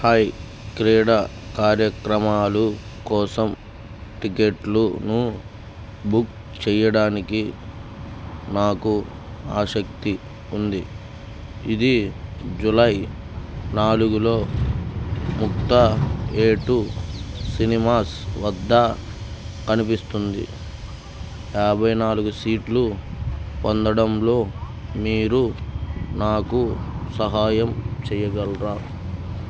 hi క్రీడా కార్యక్రమాలు కోసం టిక్కెట్లను బుక్ చెయ్యడానికి నాకు ఆసక్తి ఉంది ఇది జూలై నాలుగులో ముక్తా ఏటూ సినిమాస్ వద్ద కనిపిస్తుంది యాభై నాలుగు సీట్లు పొందడంలో మీరు నాకు సహాయం చెయ్యగలరా